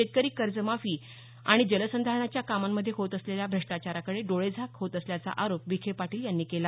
शेतकरी कर्जमाफी आणि जलसंधारणाच्या कामांमध्ये होत असलेल्या भ्रष्टाचाराकडे डोळेझाक होत असल्याचा आरोप विखेपाटील यांनी केला